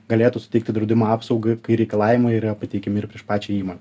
galėtų suteikti draudimo apsaugą kai reikalavimai yra pateikiami ir prieš pačią įmonę